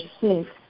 six